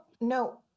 no